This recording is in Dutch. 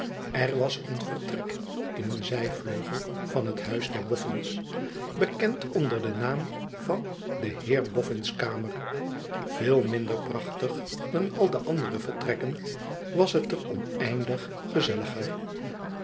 er was een vertrek in een zijvleugel van het huis der boffins bekend onder den naam van den heer boffin s kamer veel minder prachtig dan al de andere vertrekken was het er oneindig gezelliger